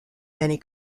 many